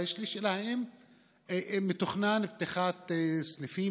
אבל יש לי שאלה: האם מתוכננת פתיחת סניפים,